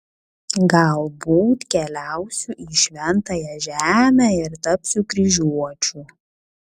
galbūt keliausiu į šventąją žemę ir tapsiu kryžiuočiu